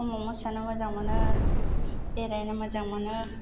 समाव मोसानो मोजां मोनो बेरायनो मोजां मोनो